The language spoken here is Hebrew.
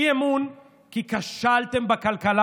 אי-אמון כי כשלתם בכלכלה.